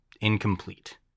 Incomplete